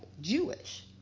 Jewish